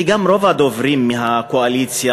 וגם רוב הדוברים מהקואליציה,